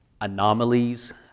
anomalies